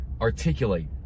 articulate